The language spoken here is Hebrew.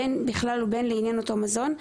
בין בכלל ובין לעניין אותו מזון,